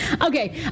Okay